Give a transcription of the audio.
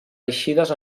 eixides